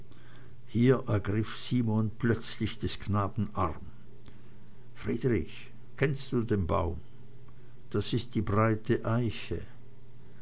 hier ergriff simon plötzlich des knaben arm friedrich kennst du den baum das ist die breite eiche